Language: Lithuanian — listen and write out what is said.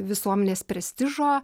visuomenės prestižo